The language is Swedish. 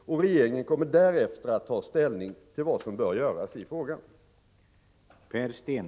Regeringen kommer därefter att ta ställning till vad som bör göras i frågan.